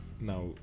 now